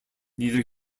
neither